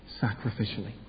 sacrificially